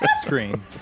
screen